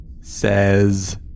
says